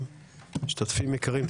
משתתפים יקרים,